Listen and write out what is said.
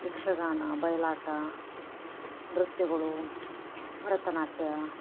ಯಕ್ಷಗಾನ ಬಯಲಾಟ ನೃತ್ಯಗಳು ಭರತನಾಟ್ಯ